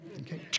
Okay